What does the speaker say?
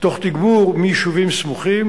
תוך תגבור מיישובים סמוכים,